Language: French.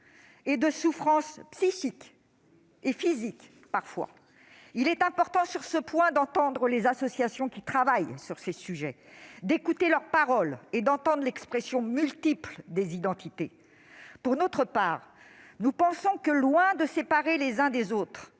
et de souffrances psychiques, parfois physiques. Il est important d'entendre les associations qui travaillent sur ces sujets, d'écouter leur parole et d'entendre l'expression multiple des identités. Pour notre part, nous pensons que, loin de séparer les uns et les autres,